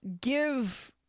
give